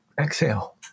Exhale